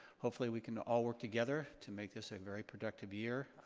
hopefully, we can all work together to make this a very productive year.